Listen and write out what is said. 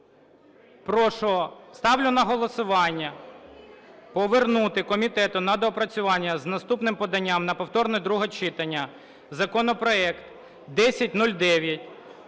Прошу. Ставлю на голосування повернути комітету на доопрацювання з наступним поданням на повторне друге читання законопроект 1009